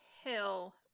Hill